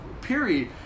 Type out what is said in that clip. Period